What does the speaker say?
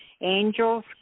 angels